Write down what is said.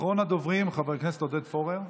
אחרון הדוברים, חבר הכנסת עודד פורר.